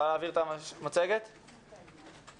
אני